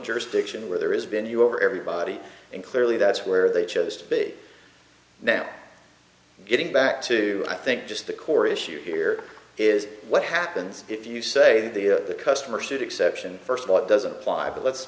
jurisdiction where there is been you over everybody and clearly that's where they chose to be now getting back to i think just the core issue here is what happens if you say that the customer should exception first of all it doesn't apply but l